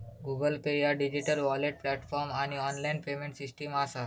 Google Pay ह्या digital wallet platform आणि online payment system असा